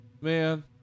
man